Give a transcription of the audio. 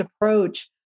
approach